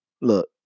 look